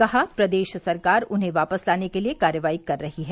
कहा प्रदेश सरकार उन्हें वापस लाने के लिए कार्रवाई कर रही है